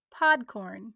Podcorn